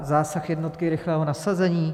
Zásah jednotky rychlého nasazení?